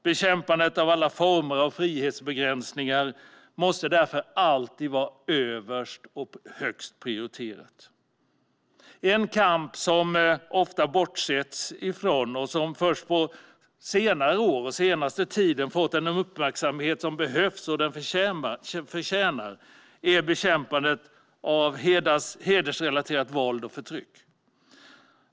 Bekämpandet av alla former av frihetsbegränsningar måste därför alltid vara högst upp på prioriteringslistan. En kamp som ofta bortses från och som först på senare år har fått den uppmärksamhet som behövs och som den förtjänar är bekämpandet av hedersrelaterat våld och förtryck.